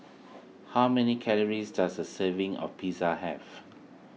how many calories does a serving of Pizza have